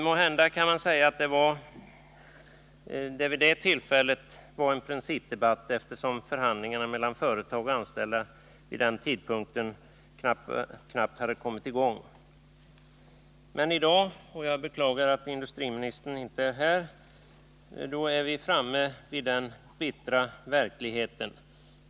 Måhända kan man säga att det vid det tillfället var en principdebatt, eftersom förhandlingar mellan företag och anställda vid den tidpunkten knappt hade kommit i gång. Meni dag — och jag beklagar att industriministern inte är här — är vi framme vid en tidpunkt då vi kan konstatera den bittra verkligheten.